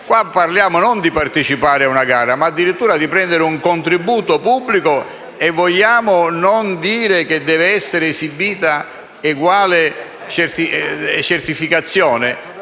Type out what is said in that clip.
caso parliamo non di partecipare a una gara, ma addirittura di ricevere un contributo pubblico e non vogliamo prevedere che sia esibita eguale certificazione?